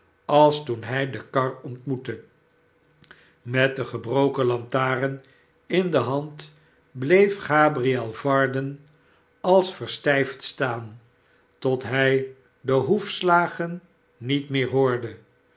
als toen hij de kar ontmoette met de gebroken lantaren in de hand bleef gabriel varden als verstijfd staan tot hij de hoefslagen niet meer hoorde